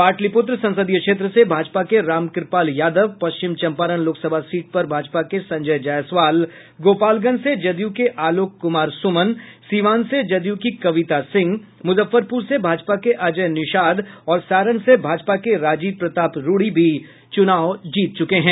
पाटलिपुत्र संसदीय क्षेत्र से भाजपा के रामकृपाल यादव पश्चिम चंपारण लोकसभा सीट पर भाजपा के संजय जायसवाल गोपालगंज से जदयू के आलोक कुमार सुमन सीवान से जदयू की कविता सिंह मुजफ्फरपुर से भाजपा के अजय निषाद और सारण से भाजपा के राजीव प्रताप रूढ़ी भी चुनाव जीत चुके हैं